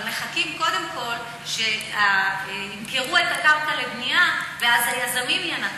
אבל מחכים קודם כול שימכרו את הקרקע לבנייה ואז היזמים ינקו,